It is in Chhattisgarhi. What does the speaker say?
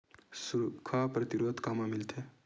सुखा प्रतिरोध कामा मिलथे?